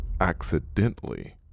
accidentally